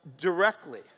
directly